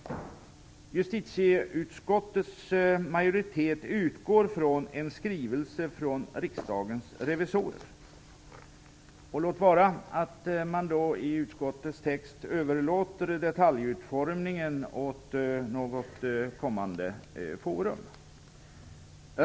Justitieutskottets majoritet utgår från en skrivelse från Riksdagens revisorer - låt vara att man i utskottets text överlåter detaljutformningen åt något kommande forum.